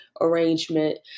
arrangement